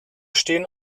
stehen